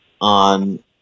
on